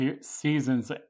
seasons